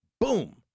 boom